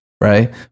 right